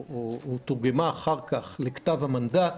שתורגמה אחר כך לכתב המנדט